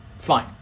Fine